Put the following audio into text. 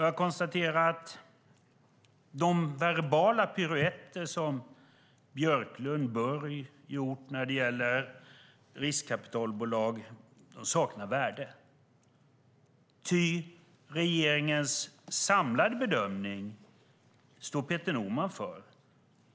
Jag konstaterar också att de verbala piruetter som Björklund och Borg har gjort när det gäller riskkapitalbolag saknar värde, ty regeringens samlade bedömning står Peter Norman för.